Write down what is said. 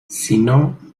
sino